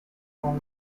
palm